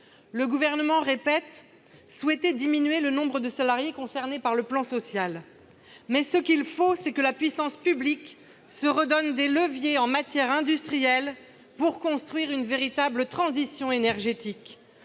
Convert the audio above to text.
Le Gouvernement répète souhaiter diminuer le nombre de salariés concernés par le plan social. Mais ce qu'il faut, c'est que la puissance publique se redonne des leviers en matière industrielle pour construire une véritable transition énergétique.